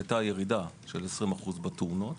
הייתה ירידה של 20% בתאונות.